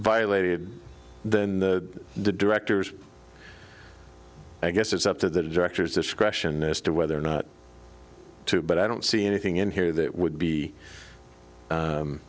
violated then the directors i guess it's up to the directors discretion as to whether or not to but i don't see anything in here that would be